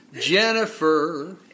Jennifer